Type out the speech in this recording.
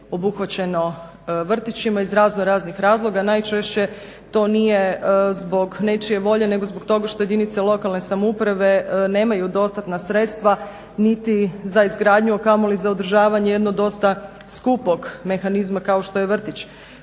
obuhvaćeno vrtićima iz raznoraznih razloga, najčešće to nije zbog nečije volje nego zbog toga što jedinice lokalne samouprave nemaju dostatna sredstva niti za izgradnju, a kamoli za održavanje jednog dosta skupog mehanizma kao što je vrtić.